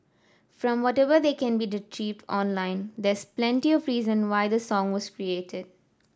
from whatever that can be retrieved online there's plenty of reason why the song was created